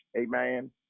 amen